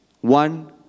One